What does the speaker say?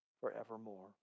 forevermore